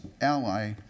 ally